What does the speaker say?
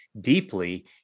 deeply